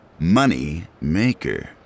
Moneymaker